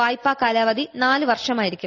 വായ്പാ കാലാവധി നാല് വർഷമായിരിക്കും